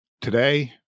Today